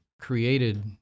created